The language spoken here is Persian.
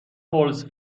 هولز